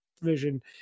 vision